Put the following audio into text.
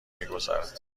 میگذرد